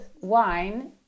wine